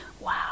Wow